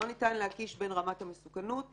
לא ניתן להקיש בין רמת המסוכנות